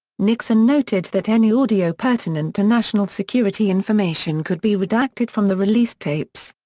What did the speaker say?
nixon noted that any audio pertinent to national security information could be redacted from the released tapes.